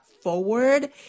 Forward